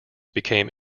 became